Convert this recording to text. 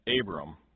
Abram